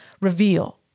reveal